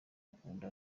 akunda